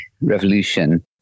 revolution